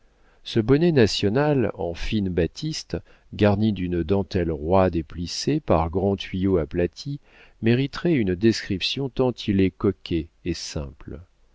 ce bonnet national en fine batiste garni d'une dentelle roide et plissée par grands tuyaux aplatis mériterait une description tant il est coquet et simple